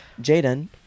Jaden